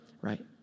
right